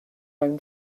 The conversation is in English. own